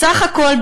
סך הכול,